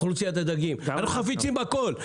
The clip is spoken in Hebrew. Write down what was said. אנחנו חפצים בכול,